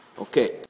Okay